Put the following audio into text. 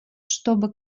чтобы